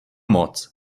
moc